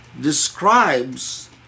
describes